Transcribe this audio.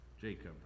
Jacob